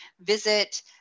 visit